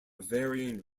varying